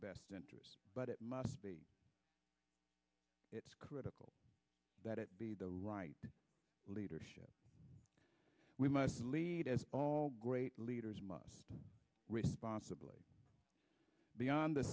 best interest but it must be it's critical that it be the right leadership we must lead as all great leaders must and responsibly beyond the